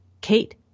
Kate